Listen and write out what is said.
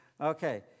Okay